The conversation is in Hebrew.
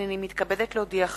הנני מתכבדת להודיעכם,